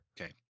Okay